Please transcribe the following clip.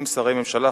שרי ממשלה,